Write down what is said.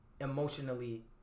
emotionally